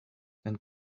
and